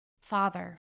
Father